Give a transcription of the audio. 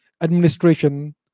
administration